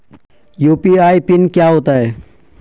UPI PIN क्या होता है?